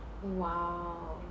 !wow!